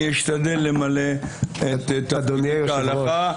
אני אשתדל למלא את התפקיד כהלכה.